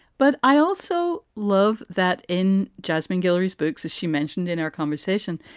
but i also love that in jasmine guillory spook's, as she mentioned in our conversation,